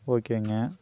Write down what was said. ஓகேங்க